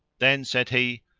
then said he,